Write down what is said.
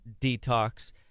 detox